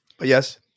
Yes